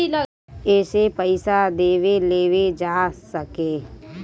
एसे पइसा देवे लेवे जा सके